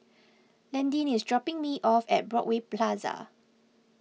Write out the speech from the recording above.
Landyn is dropping me off at Broadway Plaza